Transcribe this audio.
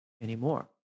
anymore